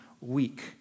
weak